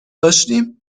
داشتیم